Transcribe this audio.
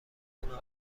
نامه